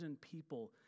people